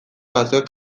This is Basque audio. batzuek